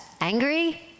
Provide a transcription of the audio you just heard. angry